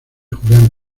julián